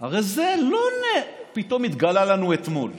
הרי זה לא פתאום התגלה לנו אתמול.